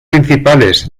principales